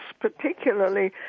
particularly